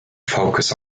focus